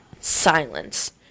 Silence